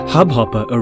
Hubhopper